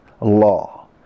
law